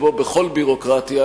כמו בכל ביורוקרטיה,